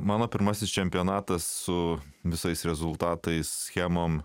mano pirmasis čempionatas su visais rezultatais schemom